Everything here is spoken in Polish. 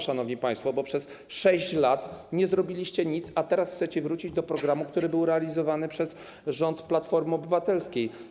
Szanowni państwo, przez 6 lat nie zrobiliście nic, a teraz chcecie wrócić do programu, który był realizowany przez rząd Platformy Obywatelskiej.